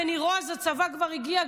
בניר עוז כשהצבא כבר הגיע,